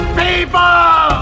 people